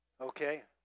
Okay